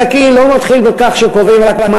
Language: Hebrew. אוויר נקי לא מתחיל בכך שקובעים רק מה